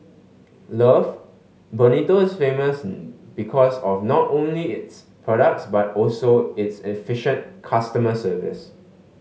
love Bonito is famous because of not only its products but also its efficient customer service